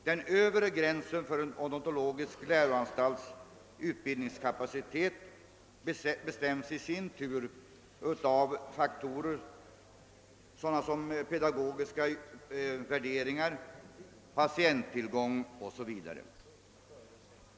Den övre gränsen för en odontologisk läroanstalts utbildningskapacitet bestäms i sin tur av faktorer som pedagogiska värderingar och patienttillgång.